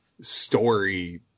story